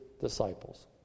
disciples